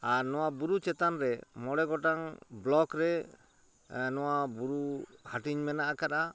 ᱟᱨ ᱱᱚᱣᱟ ᱵᱩᱨᱩ ᱪᱮᱛᱟᱱ ᱨᱮ ᱢᱚᱬᱮ ᱜᱚᱴᱟᱝ ᱵᱞᱚᱠ ᱨᱮ ᱱᱚᱣᱟ ᱵᱩᱨᱩ ᱦᱟᱴᱤᱝ ᱢᱮᱱᱟᱜ ᱠᱟᱫᱼᱟ